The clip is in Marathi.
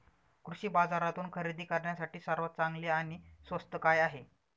कृषी बाजारातून खरेदी करण्यासाठी सर्वात चांगले आणि स्वस्त काय आहे?